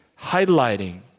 highlighting